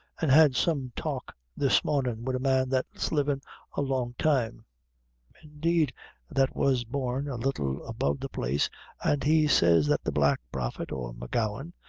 and had some talk this mornin' wid a man that's livin' a long time indeed that was born a little above the place and he says that the black prophet, or m'gowan,